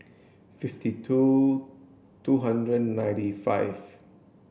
fifty two two hundred and ninety five